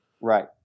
Right